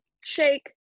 shake